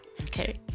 Okay